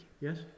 Yes